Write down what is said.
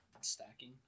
Stacking